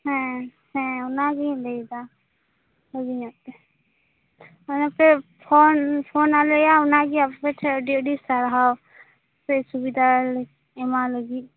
ᱦᱮᱸ ᱦᱮᱸ ᱚᱱᱟᱜᱤᱧ ᱞᱟ ᱭᱮᱫᱟ ᱵᱷᱟ ᱜᱤᱧᱚᱜᱛᱮ ᱚᱱᱟᱯᱮ ᱯᱷᱚᱱ ᱯᱷᱚᱱᱟᱞᱮᱭᱟ ᱚᱱᱟᱜᱮ ᱟᱯᱮᱴᱷᱮᱜ ᱟ ᱰᱤ ᱟ ᱰᱤ ᱥᱟᱨᱦᱟᱣ ᱠᱟ ᱡ ᱥᱩᱵᱤᱫᱷᱟ ᱞᱮ ᱮᱢᱟᱞᱮ ᱞᱟᱹᱜᱤᱫ